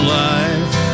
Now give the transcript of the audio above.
life